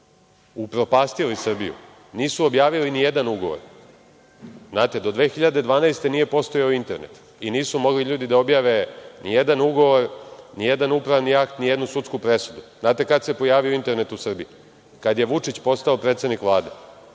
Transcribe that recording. upropastili Srbiju, nisu objavili ni jedan ugovor. Znate, do 2012. godine nije postojao internet i nisu mogli ljudi da objave ni jedan ugovor, ni jedan upravni akt, ni jednu sudsku presudu. Znate kada se pojavio internet u Srbiji? Kada je Vučić postao predsednik Vlade,